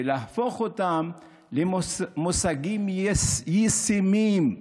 להפוך אותם למושגים ישימים.